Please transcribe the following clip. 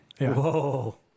Whoa